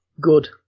good